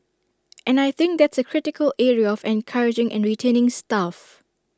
and I think that's A critical area of encouraging and retaining staff